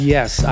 Yes